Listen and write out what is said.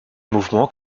mouvement